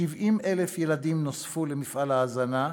70,000 ילדים נוספו למפעל ההזנה,